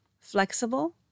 flexible